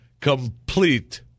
Complete